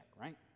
right